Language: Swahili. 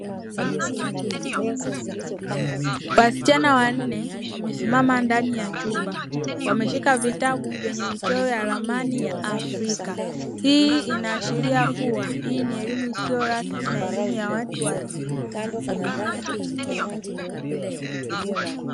Wasichana Wanne wamesimama ndani ya chumba wameshika vitabu vyenye michoro ya ramani ya africa hii inaashiria kuwa hii ni elimu isiyo rasmi na elimu ya watu wazima.